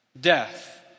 death